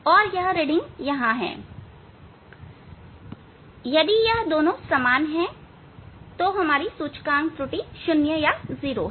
और यह रीडिंग यहां हैं यदि दोनों समान हैं तो सूचकांक त्रुटि 0 है